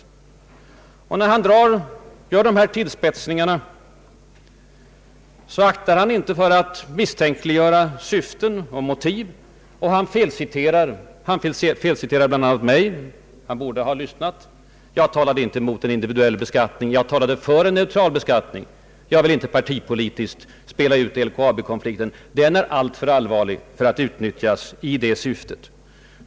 När herr Palme gör sina tillspetsningar väjer han inte heller för att misstänkliggöra syften och motiv och han felciterar — bl.a. mig. Han borde ha lyssnat. Jag talade inte mot individuell beskattning, utan jag talade för en neutral beskattning. Och jag vill inte partipolitiskt spela ut LKAB-konflikten. Det gjorde jag inte i mitt anförande. Konflikten är alltför allvarlig för att utnytt jas i sådana syften.